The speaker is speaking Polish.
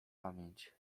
pamięć